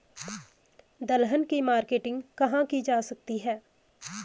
दलहन की मार्केटिंग कहाँ की जा सकती है?